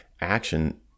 action